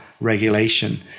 regulation